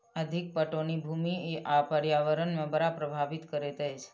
अधिक पटौनी भूमि आ पर्यावरण के बड़ प्रभावित करैत अछि